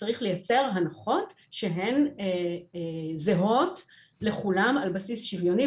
צריך לייצר הנחות שהן זהות לכולם על בסיס שוויוני,